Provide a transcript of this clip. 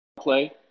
play